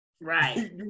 Right